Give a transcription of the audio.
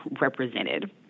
represented